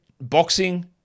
boxing